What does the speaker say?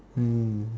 mm